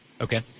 Okay